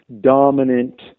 dominant